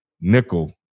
nickel